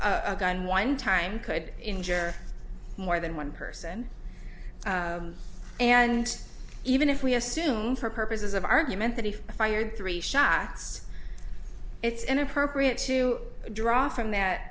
a gun one time could injure more than one person and even if we assume for purposes of argument that he fired three shots it's inappropriate to draw from that